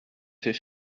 fait